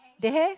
they have